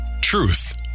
truth